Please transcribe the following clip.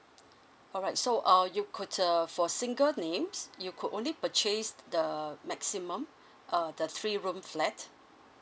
alright so uh you could uh for single names you could only purchase the maximum uh the three room flat